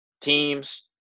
teams